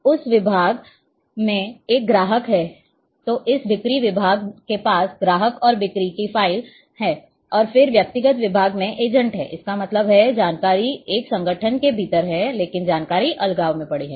तो उस विभाग में एक ग्राहक है तो इस बिक्री विभाग के पास ग्राहक और बिक्री की फाइलें हैं और फिर व्यक्तिगत विभाग में एजेंट हैं इसका मतलब है जानकारी एक संगठन के भीतर है लेकिन जानकारी अलगाव में पड़ी है